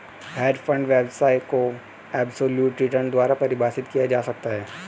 hedge fund व्यवसाय को absolute return द्वारा परिभाषित किया जा सकता है